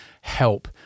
help